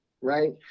right